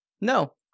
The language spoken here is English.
No